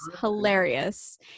hilarious